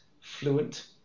fluent